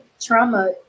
trauma